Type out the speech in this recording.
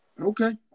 Okay